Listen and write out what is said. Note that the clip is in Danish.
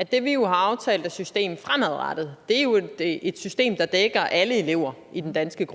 system, vi har aftalt skal være gældende fremadrettet, jo er et system, der dækker alle elever i den danske